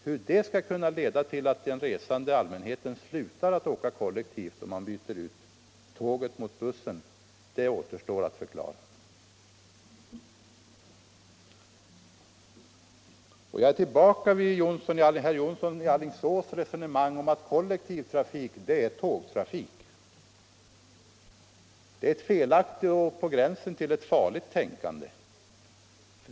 Hur det skall kunna leda till att den resande allmänheten slutar att åka kollektivt om man byter ut tåget mot bussen återstår att förklara. Jag är tillbaka vid herr Jonssons i Alingsås resonemang om att kollektiv trafik är tågtrafik. Det är ett felaktigt tänkande på gränsen till det farliga.